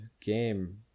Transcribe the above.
game